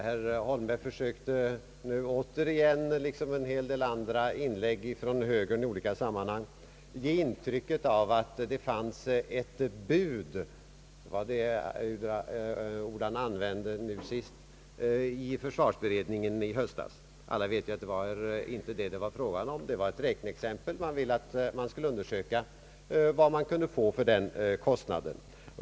Herr Holmberg ville, på samma sätt som en hel del andra inlägg från högern i olika sammanhang, ge intrycket att det fanns ett bud — han använde det ordet nu sist — i försvarsutredningen i höstas. Alla vet att det inte var fråga om något bud utan om ett räkneexempel — man ville att det skulle undersökas vad man kunde få för den angivna kostnaden.